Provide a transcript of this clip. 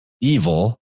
evil